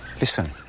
Listen